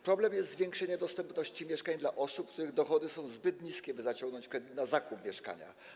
Problemem jest zwiększenie dostępności mieszkań dla osób, których dochody są zbyt niskie, by mogły zaciągnąć kredyt na zakup mieszkania.